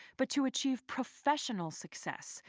but to achieve professional success.